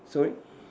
sorry